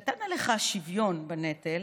קטן עליך השוויון בנטל,